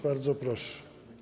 Bardzo proszę.